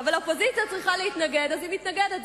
אבל אופוזיציה צריכה להתנגד, אז היא מתנגדת.